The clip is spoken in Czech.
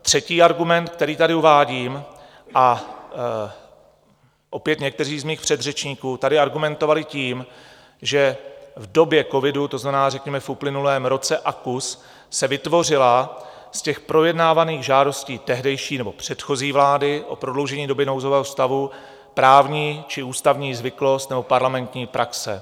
Třetí argument, který tady uvádím, a opět tady někteří z mých předřečníků argumentovali tím, že v době covidu, to znamená řekněme v uplynulém roce a kus, se vytvořila z těch projednávaných žádostí tehdejší nebo předchozí vlády o prodloužení doby nouzového stavu právní či ústavní zvyklost nebo parlamentní praxe.